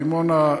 בדימונה,